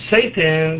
Satan